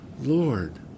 Lord